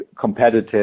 competitive